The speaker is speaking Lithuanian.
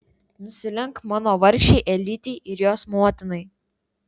nusilenk mano vargšei elytei ir jos motinai